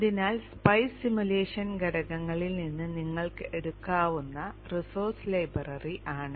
അതിനാൽ SPICE simulation ഘടകങ്ങളിൽ നിന്ന് നിങ്ങൾക്ക് എടുക്കാവുന്ന റിസോഴ്സ് ലൈബ്രറി ആണ്